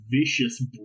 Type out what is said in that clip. vicious